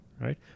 right